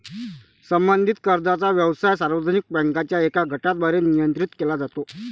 संबंधित कर्जाचा व्यवसाय सार्वजनिक बँकांच्या एका गटाद्वारे नियंत्रित केला जातो